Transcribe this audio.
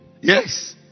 yes